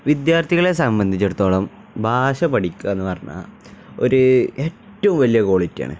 വിദ്യാർത്ഥികളെ സംബന്ധിച്ചിടത്തോളം ഭാഷ പഠിക്കുക എന്നു പറഞ്ഞാല് ഒരു ഏറ്റവും വലിയ ക്വാളിറ്റിയാണ്